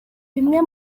bimwe